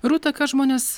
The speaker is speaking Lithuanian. rūta ką žmonės